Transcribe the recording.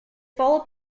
followed